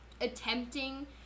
attempting